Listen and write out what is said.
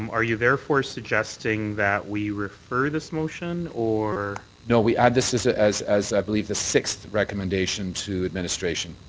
um are you therefore suggesting that we refer this motion or. no, we add this this ah as as i believe the sixth recommendation to administration.